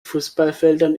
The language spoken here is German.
fußballfeldern